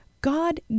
God